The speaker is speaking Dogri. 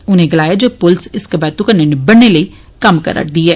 उनें गलाया जे पुलस इस कबेतु कन्नै निबड़ने लेई कम्म करै'रदी ऐ